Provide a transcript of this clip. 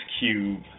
Cube